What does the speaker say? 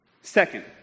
Second